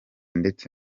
ndetse